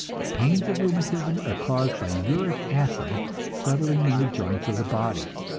the pains of rheumatism are caused by uric acid settling in the joints of the body.